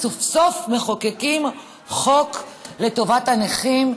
סוף-סוף מחוקקים חוק לטובת הנכים.